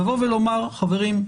לבוא ולומר: חברים,